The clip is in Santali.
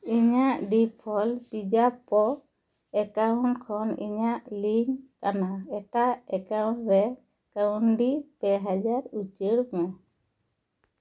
ᱤᱧᱟᱜ ᱰᱤᱯᱷᱚᱞᱴ ᱯᱮᱡᱟᱯᱚ ᱮᱠᱟᱣᱩᱱᱴ ᱠᱷᱚᱱ ᱤᱧᱟᱜ ᱞᱤᱝᱠ ᱠᱟᱱᱟ ᱮᱴᱟᱜ ᱮᱠᱟᱣᱩᱱᱴ ᱨᱮ ᱠᱟᱣᱰᱤ ᱯᱮ ᱦᱟᱡᱟᱨ ᱩᱪᱟᱹᱲ ᱢᱮ